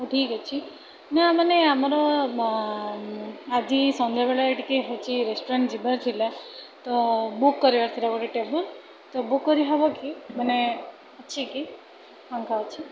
ଠିକ୍ ଅଛି ନା ମାନେ ଆମର ଆଜି ସନ୍ଧ୍ୟାବେଳେ ଟିକିଏ ହେଉଛି ରେଷ୍ଟୁରାଣ୍ଟ୍ ଯିବାର ଥିଲା ତ ବୁକ୍ କରିବାର ଥିଲା ଗୋଟେ ଟେବୁଲ୍ ତ ବୁକ୍ କରିହେବକି ମାନେ ଅଛିକି ଫାଙ୍କା ଅଛି